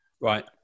right